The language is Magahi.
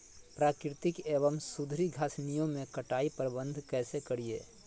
प्राकृतिक एवं सुधरी घासनियों में कटाई प्रबन्ध कैसे करीये?